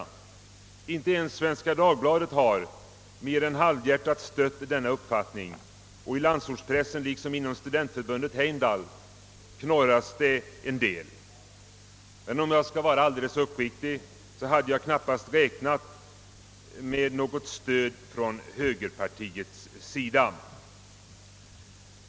Inte ens Svenska Dagbladet har mer än halvhjärtat stött denna uppfattning, och i landsortspressen liksom inom studentförbundet Heimdal knorras det en del. Men om jag skall vara uppriktig måste jag säga att jag knappast hade räknat på något stöd från högerpartiets sida.